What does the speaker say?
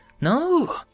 No